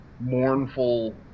mournful